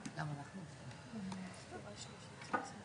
הם גם צריכים לשלם על הנזק שהם גורמים, וזה לא